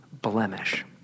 blemish